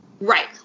Right